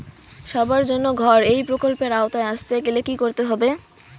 সবার জন্য ঘর এই প্রকল্পের আওতায় আসতে গেলে কি করতে হবে?